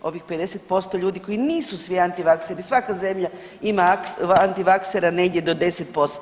Ovih 50% ljudi koji nisu svi antivakseri, svaka zemlja ima antivaksera negdje do 10%